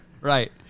right